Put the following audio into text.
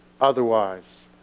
otherwise